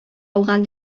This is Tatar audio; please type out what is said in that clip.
алган